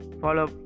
follow